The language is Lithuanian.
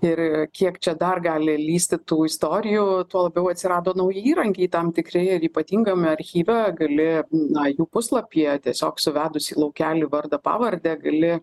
ir kiek čia dar gali lįsti tų istorijų tuo labiau atsirado nauji įrankiai tam tikri ir ypatingame archyve gali na jų puslapyje tiesiog suvedus į laukelį vardą pavardę gali